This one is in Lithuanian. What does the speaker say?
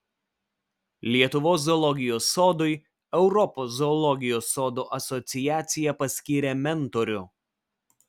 lietuvos zoologijos sodui europos zoologijos sodų asociacija paskyrė mentorių